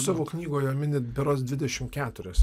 savo knygoje minit berods dvidešimt keturias